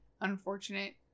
unfortunate –